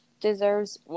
deserves